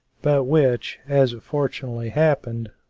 but which, as it fortunately happened,